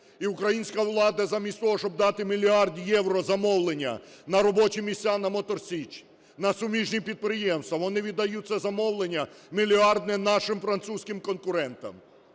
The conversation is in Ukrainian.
І українська влада замість того, щоб дати мільярд євро замовлення на робочі місця на "Мотор Січ", на суміжні підприємства, вони віддають це замовлення мільярдне нашим французьким конкурентам,